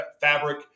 fabric